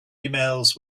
emails